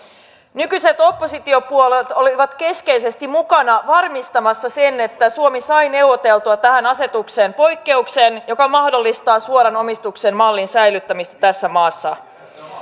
nykyiset oppositiopuolueet olivat keskeisesti mukana varmistamassa sen että suomi sai neuvoteltua tähän asetukseen poikkeuksen joka mahdollistaa suoran omistuksen mallin säilyttämistä tässä maassa